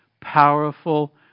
powerful